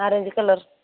orange colour